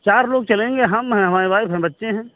चार लोग चलेंगे हम हैं हमारी वाइफ हैं बच्चे हैं